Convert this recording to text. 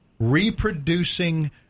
reproducing